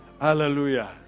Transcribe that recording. Hallelujah